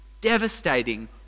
devastating